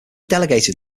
delegated